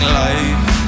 life